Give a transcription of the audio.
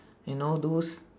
you know those